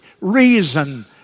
Reason